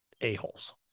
a-holes